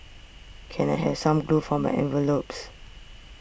can I have some glue for my envelopes